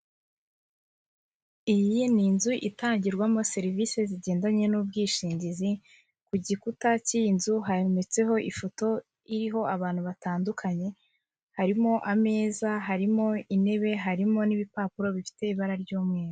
Iyi ni inzu itangirwamo serivisi zigendanye n'ubwishingizi ku gikuta cy'iyi nzu habonetseho ifoto iriho abantu batandukanye harimo ameza, harimo intebe harimo n'ibipapuro bifite ibara ry'umweru.